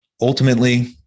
Ultimately